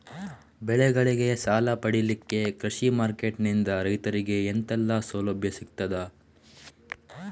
ಬೆಳೆಗಳಿಗೆ ಸಾಲ ಪಡಿಲಿಕ್ಕೆ ಕೃಷಿ ಮಾರ್ಕೆಟ್ ನಿಂದ ರೈತರಿಗೆ ಎಂತೆಲ್ಲ ಸೌಲಭ್ಯ ಸಿಗ್ತದ?